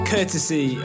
Courtesy